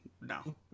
No